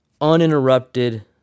uninterrupted